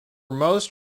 most